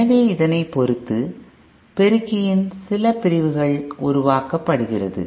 எனவே இதனை பொறுத்து பெருக்கியின் சில பிரிவுகள் உருவாக்கப்படுகிறது